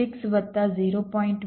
6 વત્તા 0